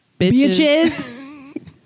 bitches